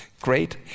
great